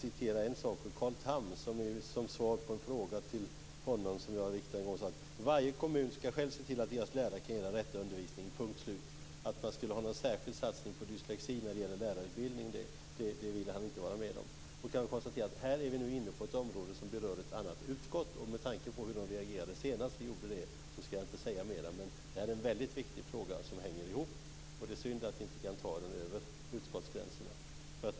Carl Tham sade som svar på en fråga som jag riktade till honom en gång att varje kommun själv ska se till att dess lärare kan ge den rätta undervisningen. Att man skulle ha en särskild satsning på dyslexi när det gäller lärarutbildning ville han inte vara med om. Jag kan konstatera att vi nu är inne på ett område som berör ett annat utskott. Med tanke på hur de reagerade senast vi gjorde det ska jag inte säga mer, men det är väldigt viktiga frågor som hänger ihop. Det är synd att vi inte kan ta dem över utskottsgränserna.